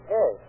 Hey